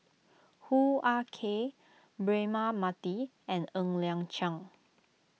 Hoo Ah Kay Braema Mathi and Ng Liang Chiang